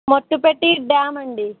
Mattapetti dam అండి